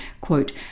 quote